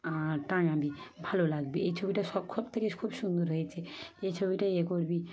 আর টাঙাবি ভালো লাগবে এই ছবিটা সব সব থেকে খুব সুন্দর হয়েছে এই ছবিটা ইয়ে করবি